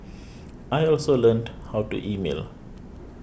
I also learned how to email